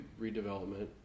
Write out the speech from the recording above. redevelopment